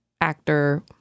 actor